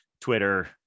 Twitter